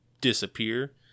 disappear